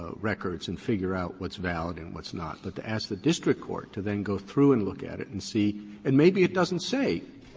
ah records and figure out what's valid and what's not, but to ask the district court to then go through and look at it, and see and maybe it doesn't say,